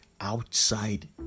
outside